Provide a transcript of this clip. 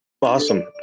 Awesome